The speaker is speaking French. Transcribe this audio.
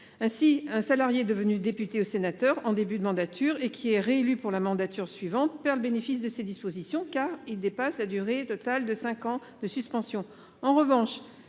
Ainsi, un salarié devenu député ou sénateur en début de mandature et qui est réélu pour la mandature suivante perd le bénéfice de ces dispositions, car il dépasse la durée totale de cinq ans de suspension.